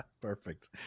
perfect